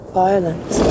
violence